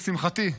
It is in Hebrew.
לשמחתי,